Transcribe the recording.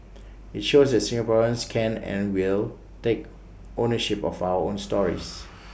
IT shows that Singaporeans can and will take ownership of our own stories